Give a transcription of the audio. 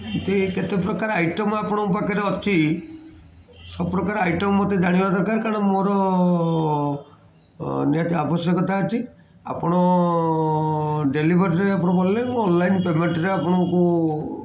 କେତେ ପ୍ରକାର ଆଇଟମ୍ ଆପଣଙ୍କ ପାଖରେ ଅଛି ସବୁ ପ୍ରକାର ଆଇଟମ୍ ମୋତେ ଜାଣିବା ଦରକାର କାରଣ ମୋର ନିହାତି ଆବଶ୍ୟକତା ଅଛି ଆପଣ ଡେଲିଭରିରେ ଆପଣ କଲେ ମୁଁ ଅନଲାଇନ୍ ପେମେଣ୍ଟରେ ଆପଣଙ୍କୁ